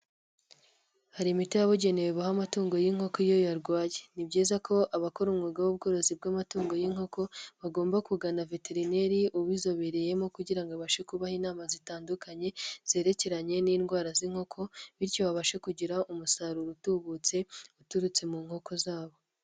Hari imiti yababugenewe baha amatungo y'inkoko iyo yarwaye, ni byiza ko abakora umwuga w'ubworozi bw'amatungo y'inkoko bagomba kugana veterineri ubizobereyemo kugira ngo abashe kubaha inama zitandukanye zerekeranye n'indwara z'inkoko, bityo babashe kugira umusaruro utubutse uturutse mu nkoko zabo.